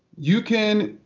you can,